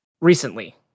recently